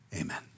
Amen